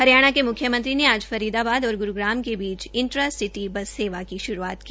हरियाणा के मुख्यमंत्री ने आज फरीदाबाद और ग्रूग्राम के बीच इंट्रासिटी बस सेवा की शुरूआत की